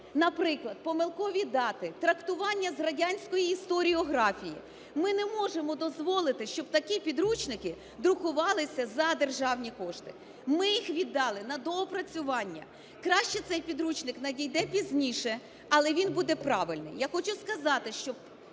Наприклад, помилкові дати, трактування з радянської історіографії. Ми не можемо дозволити, щоб такі підручники друкувалися за державні кошти. Ми їх віддали на доопрацювання. Краще цей підручник надійде пізніше, але він буде правильний.